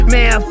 Man